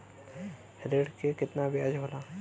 ऋण के कितना ब्याज होला?